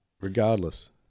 regardless